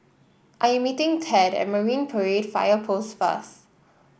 I am meeting Thad at Marine Parade Fire Post first